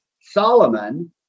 Solomon